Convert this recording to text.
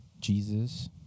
Jesus